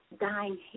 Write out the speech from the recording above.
dying